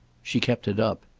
she kept it up.